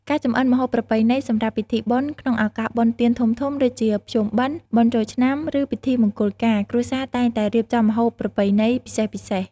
ការចម្អិនម្ហូបប្រពៃណីសម្រាប់ពិធីបុណ្យ ក្នុងឱកាសបុណ្យទានធំៗដូចជា ភ្ជុំបិណ្ឌ បុណ្យចូលឆ្នាំ ឬពិធីមង្គលការ គ្រួសារតែងតែរៀបចំម្ហូបប្រពៃណីពិសេសៗ។